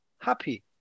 happy